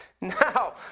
Now